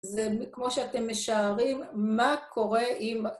זה כמו שאתם משערים, מה קורה אם...